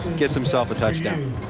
gives himself a touchdown.